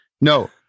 No